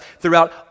throughout